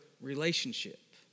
relationship